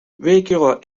regular